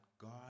God